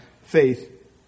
faith